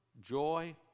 joy